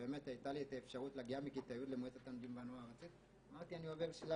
ובאמת הייתה לי את האפשרות להגיע מכיתה י' למועצת התלמידים והנוער